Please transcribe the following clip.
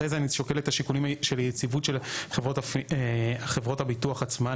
אחרי זה אני שוקל את השיקולים של יציבות של חברות הביטוח עצמן,